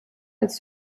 als